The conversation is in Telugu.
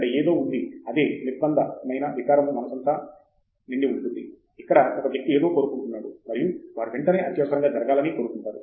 ఇక్కడ ఏదో ఉంది అదే నిర్భంధమైన వికారము మనసంతా నిండి ఉంటుంది ఇక్కడ ఒక వ్యక్తి ఏదో కోరుకుంటాడు మరియు వారు వెంటనే అత్యవసరంగా జరిగాలనీ కోరుకుంటారు